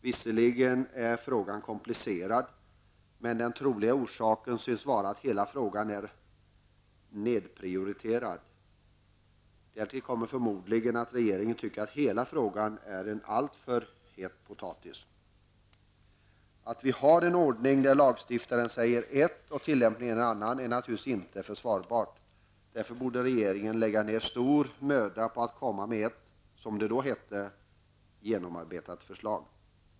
Visserligen är frågan komplicerad, men den troliga orsaken synes vara att hela frågan är nedprioriterad. Därtill kommer förmodligen att regeringen tycker att hela frågan är en alltför ''het potatis''. Att vi har en ordning där lagstiftningen säger ett och tillämpningen är en annan är naturligtvis inte försvarbart. Därför borde regeringen lägga ned stor möda på att komma med ett, som det då hette, genomarbetat förslag.